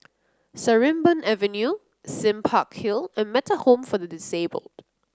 Sarimbun Avenue Sime Park Hill and Metta Home for the Disabled